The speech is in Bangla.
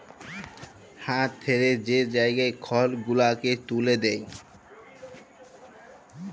হাঁ ঠ্যালে যে জায়গায় খড় গুলালকে ত্যুলে দেয়